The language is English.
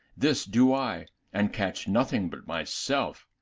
this do i, and catch nothing but my self.